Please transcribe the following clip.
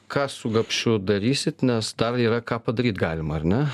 ką su gapšiu darysit nes dar yra ką padaryt galima ar ne